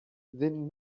then